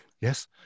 Yes